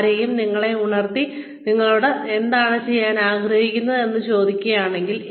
ആരെങ്കിലും നിങ്ങളെ ഉണർത്തി നിങ്ങളോട് നിങ്ങൾ എന്താണ് ചെയ്യാൻ ആഗ്രഹിക്കുന്നത് എന്ന് ചോദിക്കുകയാണെങ്കിൽ